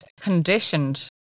conditioned